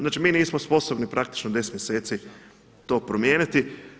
Znači mi nismo sposobni praktično 10 mjeseci to promijeniti.